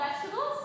vegetables